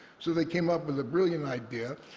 so they came up with ah brilliant idea.